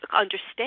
understand